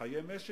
חיי משק,